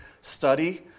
study